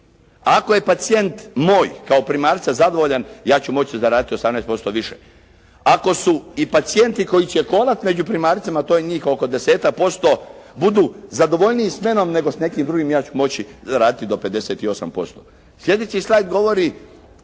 Ako je pacijent moj kao primarca zadovoljan ja ću moći zaraditi 18% više. Ako su i pacijenti koji će kolati među primarcima to je njih oko desetak posto budu zadovoljniji smenom, nego s nekim drugim ja ću moći zaraditi do 58%. Sljedeći slajd govori